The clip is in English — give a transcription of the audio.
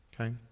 okay